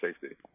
safety